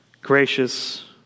gracious